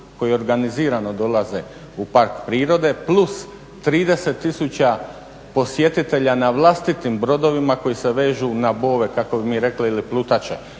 koji organizirano dolaze u park prirode plus 30 tisuća posjetitelja na vlastitim brodovima koji se vežu na bove kako bi mi rekli ili plutače.